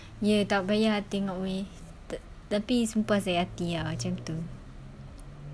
ya tak payah tengok wei tapi sumpah sakit hati ah macam tu